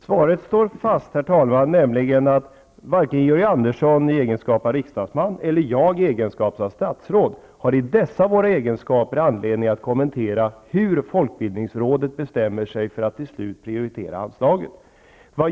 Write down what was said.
Herr talman! Svaret står fast, nämligen att varken Georg Andersson i egenskap av riksdagsman eller jag i egenskap av statsråd i dessa våra egenskaper har anledning att kommentera hur folkbildningsrådet till slut bestämmer sig för att prioritera anslaget.